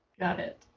got it.